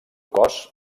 cos